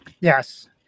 Yes